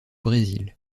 brésil